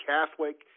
Catholic